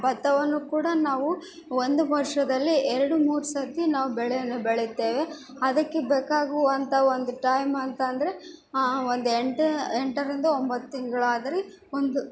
ಬತ್ತವನ್ನು ಕೂಡ ನಾವು ಒಂದು ವರ್ಷದಲ್ಲಿ ಎರಡು ಮೂರು ಸತಿ ನಾವು ಬೆಳೆಯನ್ನು ಬೆಳೆಯುತ್ತೇವೆ ಅದಕ್ಕೆ ಬೇಕಾಗುವಂಥ ಒಂದು ಟೈಮ್ ಅಂತಂದರೆ ಒಂದು ಎಂಟು ಎಂಟರಿಂದ ಒಂಬತ್ತು ತಿಂಗಳಾದ್ರಿ ಒಂದು